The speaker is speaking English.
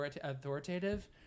authoritative